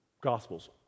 Gospels